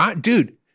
dude